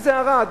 שזה ערד.